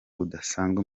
budasanzwe